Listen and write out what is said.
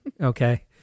okay